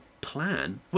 plan